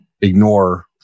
ignore